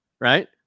Right